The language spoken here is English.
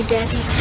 Daddy